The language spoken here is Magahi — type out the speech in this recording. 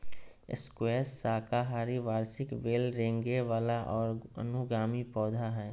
स्क्वैश साकाहारी वार्षिक बेल रेंगय वला और अनुगामी पौधा हइ